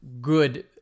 good